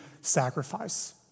sacrifice